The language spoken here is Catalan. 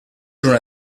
una